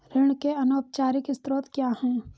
ऋण के अनौपचारिक स्रोत क्या हैं?